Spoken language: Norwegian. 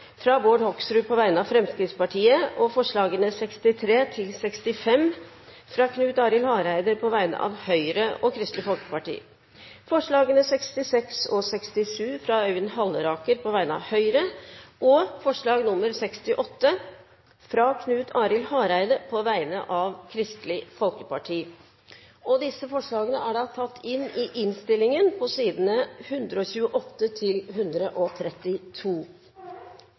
fra Knut Arild Hareide på vegne av Fremskrittspartiet og Kristelig Folkeparti forslagene nr. 16–62, fra Bård Hoksrud på vegne av Fremskrittspartiet forslagene nr. 63–65, fra Knut Arild Hareide på vegne av Høyre og Kristelig Folkeparti forslagene nr. 66 og 67, fra Øyvind Halleraker på vegne av Høyre forslag nr. 68, fra Knut Arild Hareide på vegne av Kristelig Folkeparti